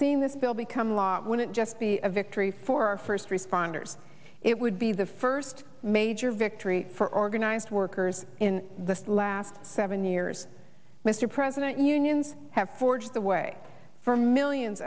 seen this bill become law when it just be a victory for our first responders it would be the first major victory for organized workers in the last seven years mr president unions have forged the way for millions